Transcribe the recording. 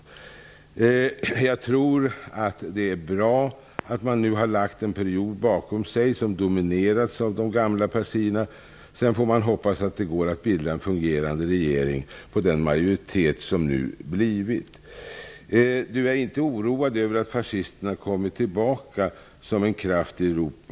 Vidare säger Carl Bildt att han tror att det är bra att man nu har lagt en period bakom sig som dominerats av de gamla partierna. Sedan får man hoppas att det går att bilda en fungerande regering på den majoritet som nu blivit. Sedan får Carl Bildt frågan: Du är inte oroad över att fascisterna kommer tillbaka som en kraft i Europa?